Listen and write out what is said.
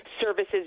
services